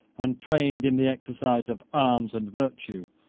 and trained in the exercise of arms and virtue,